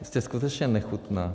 Vy jste skutečně nechutná.